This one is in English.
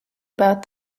about